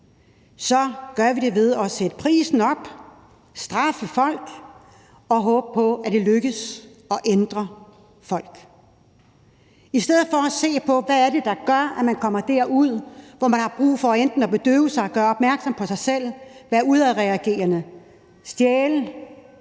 gør det ved at sætte prisen op, straffe folk og håbe på, at det lykkes at ændre folk. I stedet skulle vi se på, hvad det er, der gør, at man kommer derud, hvor man har brug for enten at bedøve sig, gøre opmærksom på sig selv, være udadreagerende, stjæle